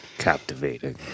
captivating